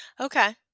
okay